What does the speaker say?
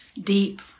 deep